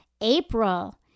April